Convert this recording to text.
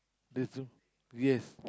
that's a yes